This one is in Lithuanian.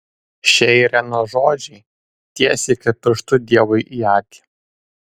šie irenos žodžiai tiesiai kaip pirštu dievui į akį